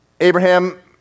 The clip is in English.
Abraham